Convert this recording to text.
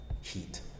heat